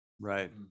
Right